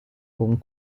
con